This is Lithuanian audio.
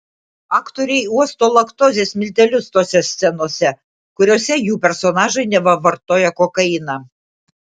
aktoriai uosto laktozės miltelius tose scenose kuriose jų personažai neva vartoja kokainą